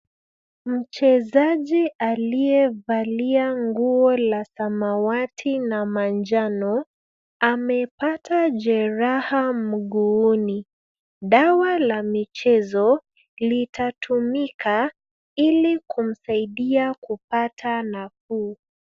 Mchezaji aliyevalia nguo la samawati na manjano, amepata jeraha mguuni. Dawa la michezo, litatumika ili kumsaidia kupata nafuu.